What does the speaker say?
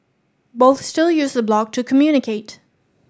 both still use the blog to communicate